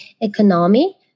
economy